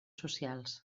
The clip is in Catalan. socials